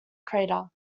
crater